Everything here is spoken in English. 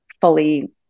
fully